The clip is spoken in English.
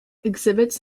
exhibits